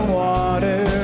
water